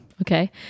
Okay